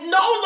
no